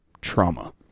trauma